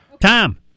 Tom